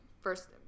first